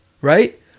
right